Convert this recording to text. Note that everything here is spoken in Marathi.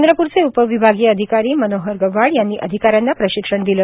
चंद्रप्रचे उपविभागीय अधिकारी मनोहर गव्हाड यांनी अधिका यांना प्रशिक्षण दिले